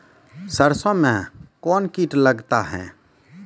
सरसों मे कौन कीट लगता हैं?